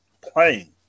playing